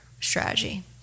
strategy